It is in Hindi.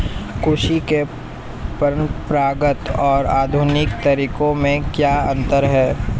कृषि के परंपरागत और आधुनिक तरीकों में क्या अंतर है?